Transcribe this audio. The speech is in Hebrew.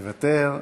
מוותר.